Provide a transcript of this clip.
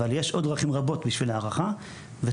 אבל יש עוד דרכים רבות בשביל הערכה וכל